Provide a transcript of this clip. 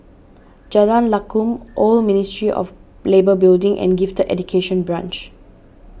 Jalan Lakum Old Ministry of Labour Building and Gifted Education Branch